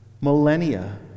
millennia